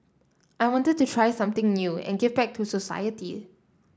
I wanted to try something new and give back to society